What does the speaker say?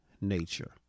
nature